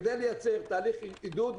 כדי לייצר תהליך עידוד.